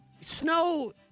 Snow